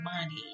money